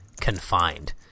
confined